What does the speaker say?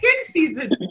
season